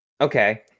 Okay